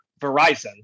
verizon